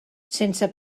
sense